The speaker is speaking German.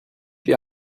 wir